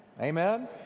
Amen